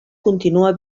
continua